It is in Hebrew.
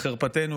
ולחרפתנו,